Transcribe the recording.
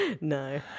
No